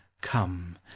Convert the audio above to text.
come